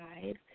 five